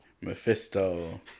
Mephisto